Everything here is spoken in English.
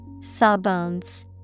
Sawbones